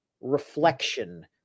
reflection